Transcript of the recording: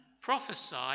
Prophesy